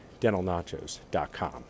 DentalNachos.com